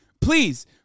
Please